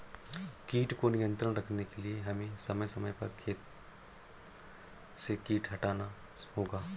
कीट को नियंत्रण रखने के लिए हमें समय समय पर खेत से कीट हटाना होगा